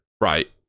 right